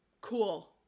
cool